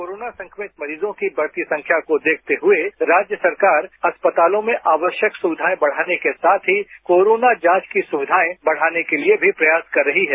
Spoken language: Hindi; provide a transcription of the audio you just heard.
कोरोना संक्रमित मरीजों की बढ़ती संख्या को देखते हुए राज्य सरकार अस्पतालों में आवश्यक सुविधाए बढ़ाने के साथ ही कोरोना जांच की सुविधाएं बढ़ाने के लिए भी प्रयास कर रही है